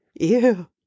Ew